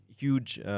huge